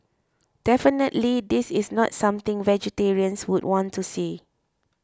definitely this is not something vegetarians would want to see